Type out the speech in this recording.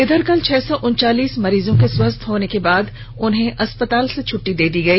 इधर कल छह सौ उनचालीस मरीजों के स्वस्थ होने के बाद इन्हें अस्पताल से छट्टी दे दी गई